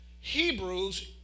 Hebrews